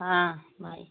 हाँ हाँ